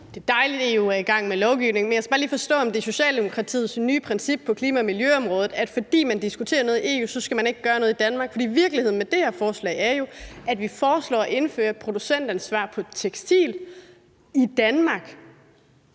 Det er dejligt, at EU er i gang med lovgivningen. Men jeg skal bare lige forstå, om det er Socialdemokratiets nye princip på klima- og miljøområdet, at fordi man diskuterer noget i EU, skal man ikke gøre noget i Danmark. For virkeligheden med det her forslag er jo, at vi foreslår at indføre producentansvar i forhold til tekstil i Danmark,